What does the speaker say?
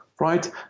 right